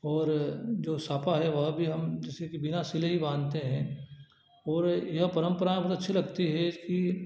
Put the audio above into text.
और जो साफा है वह भी हम जैसे कि बिना सिले ही बाँधते हैं और यह परंपरा बहुत अच्छी लगती है कि